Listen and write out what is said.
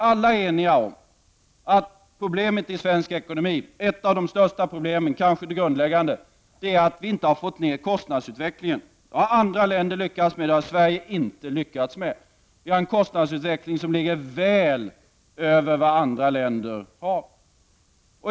Alla är eniga om att ett av de största problemen i svensk ekonomi — kanske ett av de grundläggande — är att vi inte har fått bukt med kostnadsutvecklingen. Andra länder har lyckats med detta, men inte Sverige. Vår kostnadsutveckling ligger väl över vad andra länder har.